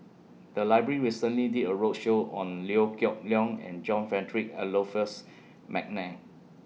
The Library recently did A roadshow on Liew Geok Leong and John Frederick Adolphus Mcnair